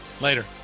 Later